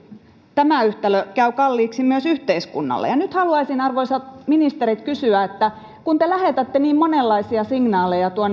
tämä yhtälö käy kalliiksi myös yhteiskunnalle ja nyt haluaisin arvoisat ministerit kysyä kun te lähetätte niin monenlaisia signaaleja